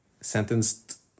sentenced